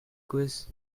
quiz